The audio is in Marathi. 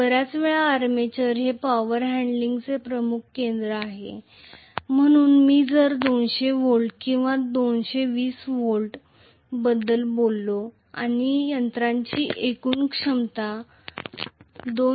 बर्याच वेळा आर्मेचर हे पॉवर हँडलिंगचे प्रमुख केंद्र आहे म्हणून मी जर 200 व्होल्ट किंवा 220 व्होल्ट बद्दल बोललो आणि यंत्राची एकूण क्षमता 2